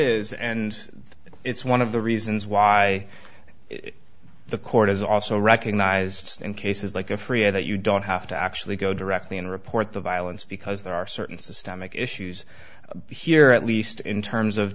is and it's one of the reasons why the court has also recognised in cases like a free that you don't have to actually go directly and report the violence because there are certain systemic issues here at least in terms of